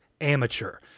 amateur